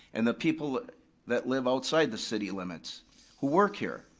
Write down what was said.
and the people that live outside the city limits who work here,